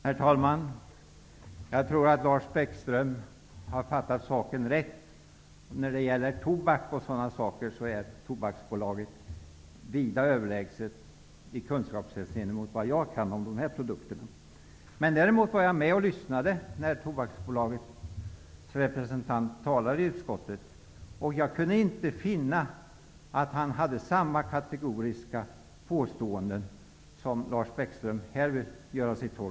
Herr talman! Jag tror att Lars Bäckström har fattat saken rätt. När det gäller tobak och liknande produkter är Tobaksbolaget vida överlägset mig i kunskapshänseende. Däremot var jag med och lyssnade när Tobaksbolagets representant talade i utskottet, och jag kunde inte finna att han kom med sådana kategoriska påståenden som Lars Bäckström här framför.